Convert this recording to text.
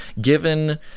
given